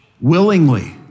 willingly